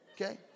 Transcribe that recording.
okay